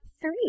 three